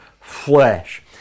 flesh